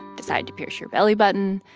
decide to pierce your bellybutton.